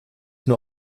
nur